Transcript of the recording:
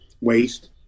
waste